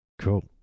Cool